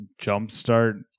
Jumpstart